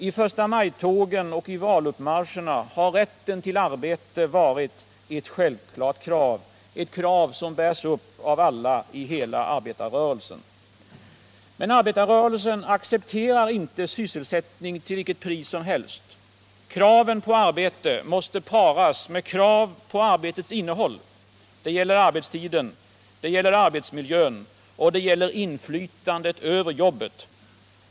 I förstamajtågen och i valuppmarscherna har rätten till arbete varit ett självklart krav, ett krav som bärs upp av alla i hela arbetarrörelsen. Men arbetarrörelsen accepterar inte sysselsättning till vilket pris som helst. Kraven på arbete måste paras med krav på arbetets innehåll. Det gäller arbetstiden. Det gäller arbetsmiljön. Det gäller inflytandet över jobbet.